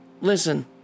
listen